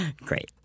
Great